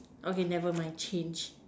okay never mind change